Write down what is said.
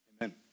Amen